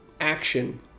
action